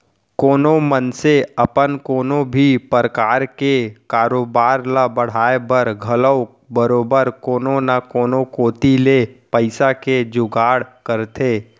कोनो मनसे अपन कोनो भी परकार के कारोबार ल बढ़ाय बर घलौ बरोबर कोनो न कोनो कोती ले पइसा के जुगाड़ करथे